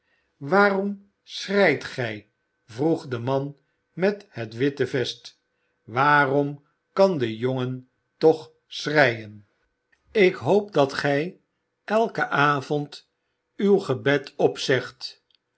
waarom schreit gij vroeg de man met het witte vest waarom kan de jongen toch schreien olivier twist ik hoop dat gij eiken avond uw gebed opzegt